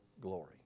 glory